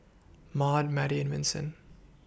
Maude Mattie and Vinson